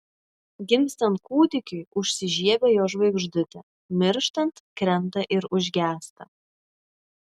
gimstant kūdikiui užsižiebia jo žvaigždutė mirštant krenta ir užgęsta